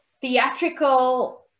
theatrical